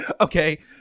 okay